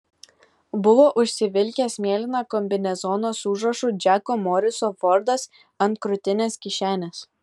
buvo užsivilkęs mėlyną kombinezoną su užrašu džeko moriso fordas ant krūtinės kišenės